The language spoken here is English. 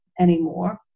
anymore